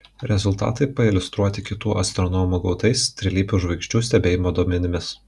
rezultatai pailiustruoti kitų astronomų gautais trilypių žvaigždžių stebėjimo duomenimis